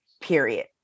period